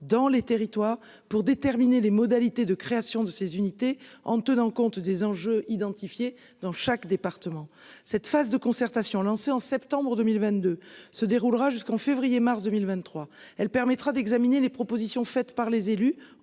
dans les territoires pour déterminer les modalités de création de ces unités en tenant compte des enjeux identifiés dans chaque département, cette phase de concertation lancée en septembre 2022 se déroulera jusqu'en février mars 2023, elle permettra d'examiner les propositions faites par les élus,